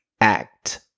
act